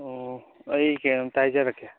ꯑꯣ ꯑꯩ ꯀꯩꯅꯣꯝꯇ ꯍꯥꯏꯖꯔꯛꯀꯦ